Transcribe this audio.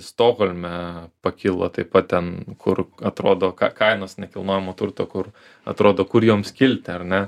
stokholme pakilo taip pat ten kur atrodo ka kainos nekilnojamo turto kur atrodo kur joms kilti ar ne